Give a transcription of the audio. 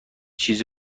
چیز